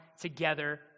together